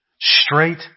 Straight